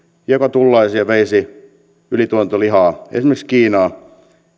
joka tullaisi ja veisi ylituotantolihaa esimerkiksi kiinaan